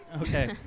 Okay